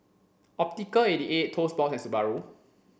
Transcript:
Optical eighty eight Toast Box and Subaru